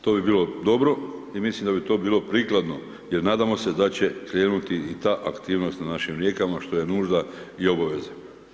To bi bilo dobro i mislim da bi to bilo prikladno jer nadamo se da će krenuti i ta aktivnost na našim rijekama, što je nužda i obaveza.